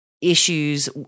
issues